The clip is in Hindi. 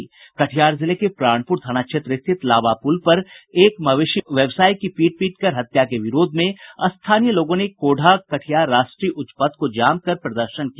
कटिहार जिले के प्राणपुर थाना क्षेत्र स्थित लावा पुल पर एक मवेशी व्यवसायी की पीट पीटकर हत्या के विरोध में स्थानीय लोगों ने कोढ़ा कटिहार राष्ट्रीय उच्च पथ को जाम कर प्रदर्शन किया